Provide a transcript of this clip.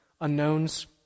unknowns